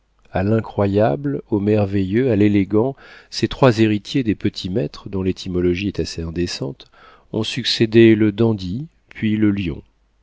a l'incroyable au merveilleux à l'élégant ces trois héritiers des petits-maîtres dont l'étymologie est assez indécente ont succédé le dandy puis le lion